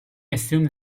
assume